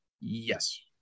Yes